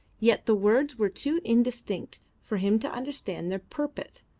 yet the words were too indistinct for him to understand their purport.